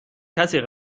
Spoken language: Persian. کسی